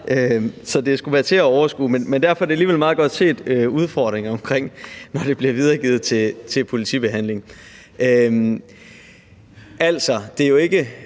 det skulle være til at overskue. Men derfor er det alligevel meget godt set med udfordringen, i forhold til når det bliver videregivet til politibehandling. Altså, det er jo ikke